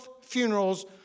funerals